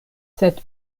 sed